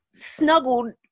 snuggled